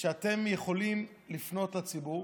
אתם יכולים לפנות לציבור